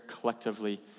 collectively